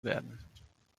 werden